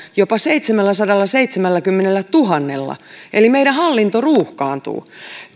jopa seitsemälläsadallaseitsemälläkymmenellätuhannella eli meidän hallinto ruuhkautuu